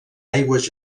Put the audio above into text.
aigües